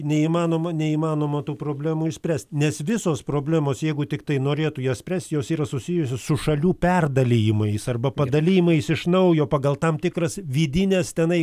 neįmanoma neįmanoma tų problemų išspręst nes visos problemos jeigu tiktai norėtų juos spręst jos yra susijusios su šalių perdalijimais arba padalijimais iš naujo pagal tam tikras vidines tenai